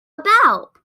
about